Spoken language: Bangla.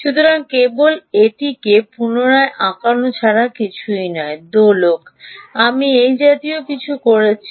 সুতরাং কেবল এটিকে পুনরায় আঁকানো ছাড়া কিছুই নয় দোলক আমি এই জাতীয় কিছু করেছি